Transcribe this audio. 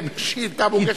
שאילתא מוגשת על-ידך.